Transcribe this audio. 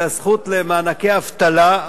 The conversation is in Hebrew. הזכות למענקי אבטלה,